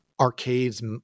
arcades